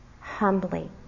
humbly